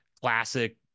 classic